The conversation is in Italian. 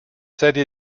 serie